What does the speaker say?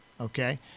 okay